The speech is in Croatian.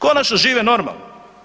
Konačno žive normalno.